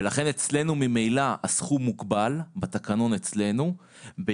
ולכן אצלנו בתקנון ממילא הסכום מוגבל בתקנון ביחס